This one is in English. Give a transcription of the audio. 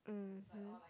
mmhmm